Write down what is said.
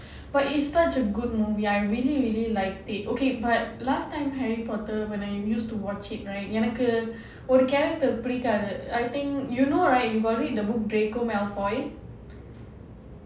but it's such a good movie I really really liked it okay but last time harry potter when I used to watch it right எனக்கு ஒரு:enakku oru character பிடிக்காது:pidikaadhu I think you know right you got read the book draco malfoy